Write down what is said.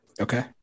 Okay